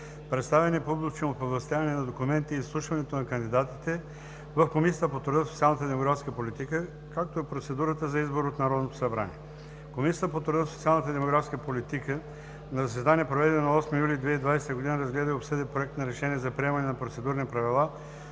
представяне и публично оповестяване на документите и изслушването на кандидатите в Комисията по труда, социалната и демографската политика, както и процедурата за избор от Народното събрание Комисията по труда, социалната и демографската политика на заседание, проведено на 8 юли 2020 г., разгледа и обсъди Проект на решение за приемане на Процедурни правила